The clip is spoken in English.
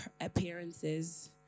appearances